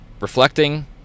reflecting